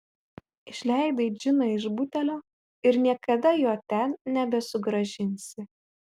išleidai džiną iš butelio ir niekada jo ten nebesugrąžinsi